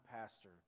pastor